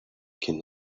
can